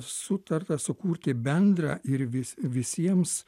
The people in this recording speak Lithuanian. sutarta sukurti bendrą ir vis visiems